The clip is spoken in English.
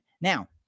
Now